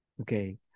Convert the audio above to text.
okay